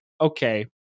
okay